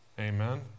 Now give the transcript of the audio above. Amen